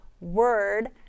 word